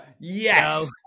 Yes